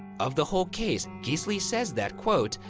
of the whole case, gisli says that, quote,